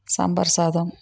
சாம்பார் சாதம்